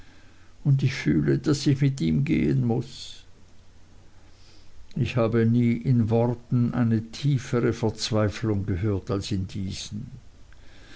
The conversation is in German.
und ich fühle daß ich mit ihm gehen muß ich habe nie in worten eine tiefere verzweiflung gehört als in diesen